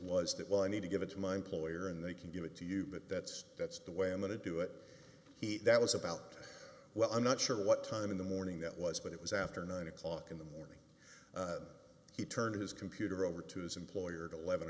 that well i need to give it to my employer and they can give it to you but that's that's the way i'm going to do it he that was about well i'm not sure what time in the morning that was but it was after nine o'clock in the morning he turned his computer over to his employer eleven